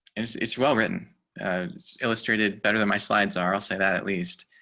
it's it's well written illustrated better than my slides are i'll say that at least